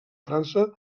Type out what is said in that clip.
frança